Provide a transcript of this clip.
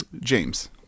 james